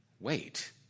wait